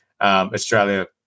Australia